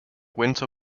winter